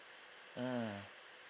mm